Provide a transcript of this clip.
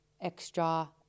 extra